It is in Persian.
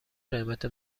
قیمت